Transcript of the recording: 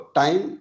time